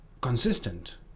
consistent